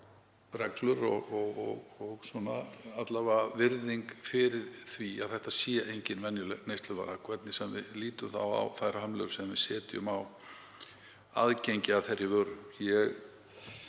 reglur og virðing fyrir því að þetta er engin venjuleg neysluvara, hvernig sem við lítum á þær hömlur sem við setjum á aðgengi að þeirri vöru.